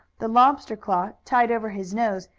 the lobster claw, tied over his nose,